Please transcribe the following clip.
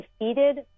defeated